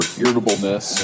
irritableness